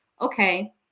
Okay